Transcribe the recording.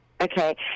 Okay